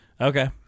okay